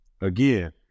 again